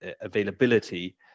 availability